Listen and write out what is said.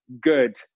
good